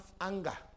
anger